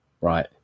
right